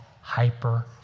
hyper